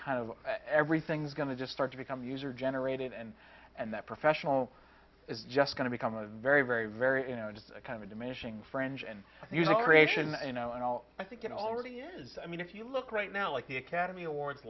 kind of everything's going to just start to become user generated and and that professional is just going to become a very very very you know just kind of a diminishing french and you will ration you know and all i think it already is i mean if you look right now like the academy awards